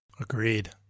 Agreed